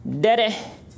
Daddy